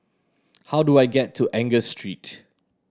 how do I get to Angus Street